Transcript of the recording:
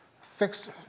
fixed